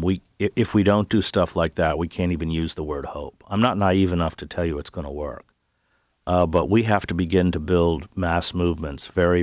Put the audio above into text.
we if we don't do stuff like that we can even use the word hope i'm not naive enough to tell you it's going to work but we have to begin to build mass movements very